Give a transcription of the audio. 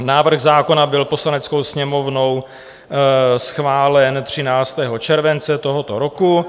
Návrh zákona byl Poslaneckou sněmovnou schválen 13. července tohoto roku.